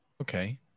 Okay